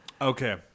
okay